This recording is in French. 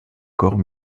corps